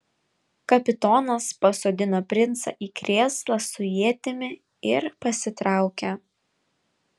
kapitonas pasodino princą į krėslą su ietimi ir pasitraukė